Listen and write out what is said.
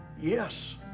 Yes